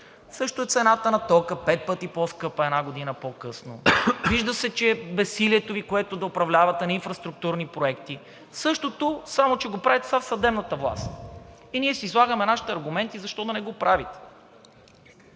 Също цената на тока: пет пъти по-скъпа една година по късно. Вижда се, че безсилието Ви, което е да управлявате инфраструктурни проекти – същото, само че го правите сега със съдебната власт и ние си излагаме нашите аргументи, защо да не го правите?